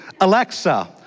Alexa